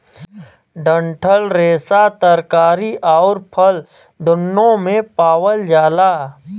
डंठल रेसा तरकारी आउर फल दून्नो में पावल जाला